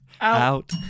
out